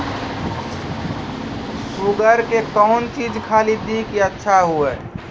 Sugar के कौन चीज खाली दी कि अच्छा हुए?